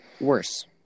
Worse